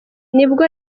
nibwo